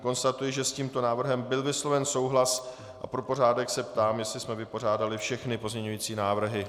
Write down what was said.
Konstatuji, že s tímto návrhem byl vysloven souhlas, a pro pořádek se ptám, jestli jsme vypořádali všechny pozměňovací návrhy.